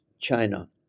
China